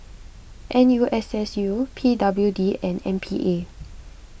N U S S U P W D and M P A